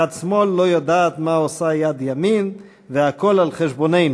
יד שמאל לא יודעת מה יד ימין עושה והכול על חשבוננו.